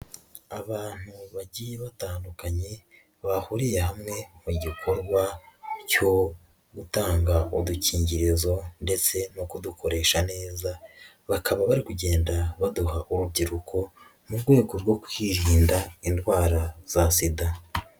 Abantu bagiye batandukanye, bahuriye hamwe mu gikorwa cyo gutanga udukingirizo ndetse no kudukoresha neza, bakaba bari kugenda baduha urubyiruko, mu rwego rwo kwirinda indwara za SIDA.